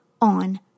on